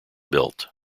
built